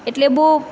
એટલે બહુ